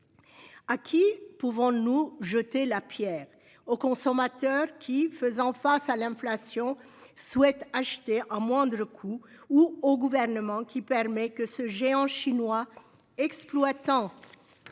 À qui pouvons-nous jeter la pierre ? Au consommateur, qui, faisant face à l'inflation, souhaite acheter à moindre coût, ou au Gouvernement, qui permet que ce géant chinois exploitant